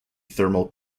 thermal